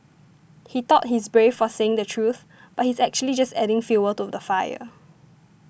he thought he's brave for saying the truth but he's actually just adding fuel to the fire